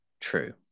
True